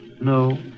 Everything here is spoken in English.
No